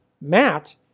Matt